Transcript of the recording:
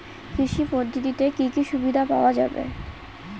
কৃষি পদ্ধতিতে কি কি সুবিধা পাওয়া যাবে?